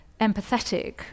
empathetic